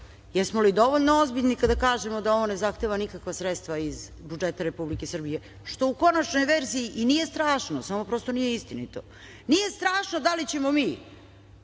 jesmo li dovoljno ozbiljni kada kažemo da ovo ne zahteva nikakva sredstva iz budžeta Republike Srbije, što u konačnoj verziji i nije strašno, samo prosto nije istinito? Nije strašno da li ćemo mi